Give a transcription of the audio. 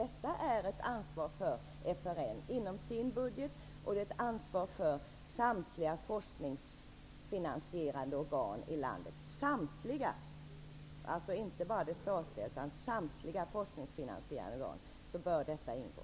Detta är ett ansvar för FRN, som FRN får sköta inom sin budget, och för samtliga -- och jag vill understryka samtliga -- forskningsfinansierade organ i landet, alltså inte bara för de statligt finansierade organen.